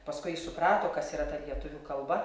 paskui jis suprato kas yra ta lietuvių kalba